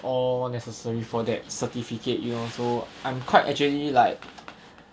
all necessary for that certificate you know so I'm quite actually like